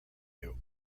you